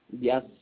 Yes